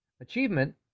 Achievement